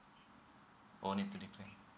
oh need to declare